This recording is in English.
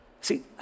See